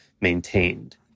maintained